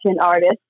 artist